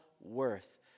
worth